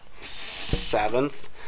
seventh